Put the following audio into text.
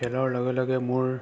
খেলৰ লগে লগে মোৰ